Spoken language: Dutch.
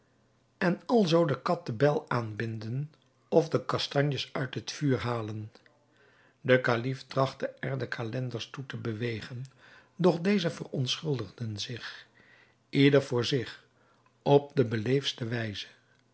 en alzoo de kat de bel aanbinden of de kastanjes uit het vuur halen de kalif trachtte er de calenders toe te bewegen doch deze verontschuldigden zich ieder voor zich op de beleefdste wijze